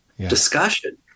discussion